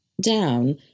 down